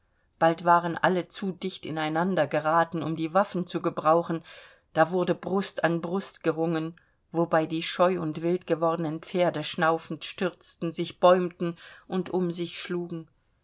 bald waren alle zu dicht ineinander geraten um die waffen zu gebrauchen da wurde brust an brust gerungen wobei die scheu und wild gewordenen pferde schnaufend stürzten sich bäumten und um sich schlugen